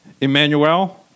Emmanuel